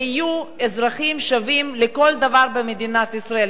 ויהיו אזרחים שווים לכל דבר במדינת ישראל.